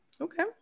Okay